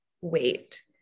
wait